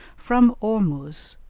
from ormuz,